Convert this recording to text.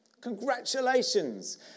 Congratulations